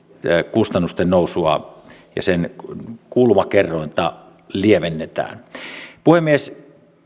kustannusten nousua ja sen kulmakerrointa lievennetään puhemies